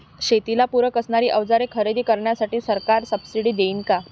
शेतीला पूरक असणारी अवजारे खरेदी करण्यासाठी सरकार सब्सिडी देईन का?